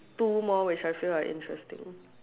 two more which I feel are interesting